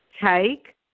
take